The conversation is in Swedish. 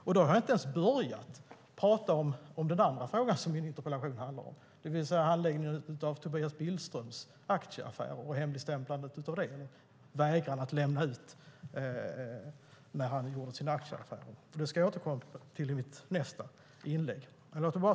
Jag har inte ens börjat prata om den andra frågan min interpellation handlar om, det vill säga handläggningen av Tobias Billströms aktieaffärer, hemligstämplandet av det och vägran att lämna ut information om när han gjorde sina aktieaffärer. Jag återkommer till det i mitt nästa inlägg.